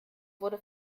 wurde